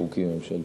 בחוקים ממשלתיים.